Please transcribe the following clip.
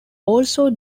also